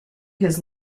his